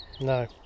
No